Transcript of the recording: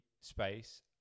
space